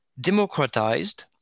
democratized